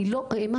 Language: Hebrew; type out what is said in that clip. אני לא האמנתי,